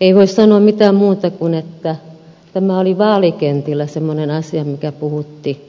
ei voi sanoa mitään muuta kuin että tämä oli vaalikentillä semmoinen asia mikä puhutti